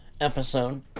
episode